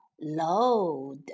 load